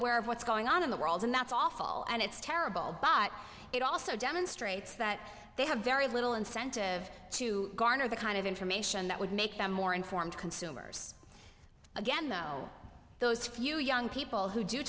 aware of what's going on in the world and that's awful and it's terrible but it also demonstrates that they have very little incentive to garner the kind of information that would make them more informed consumers again though those few young people who do